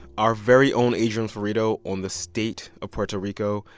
our very own adrian florido on the state of puerto rico.